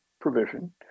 provision